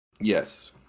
Yes